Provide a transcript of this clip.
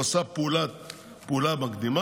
הוא עשה פעולה מקדימה,